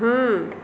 हँ